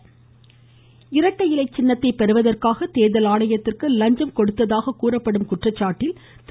இரட்டை இலை இரட்டை இலை சின்னத்தை பெறுவதற்காக தேர்தல் ஆணையத்திற்கு லஞ்சம் கொடுத்ததாக கூறப்படும் குற்றச்சாட்டில் திரு